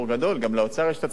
גם לאוצר יש הצרכים שלו,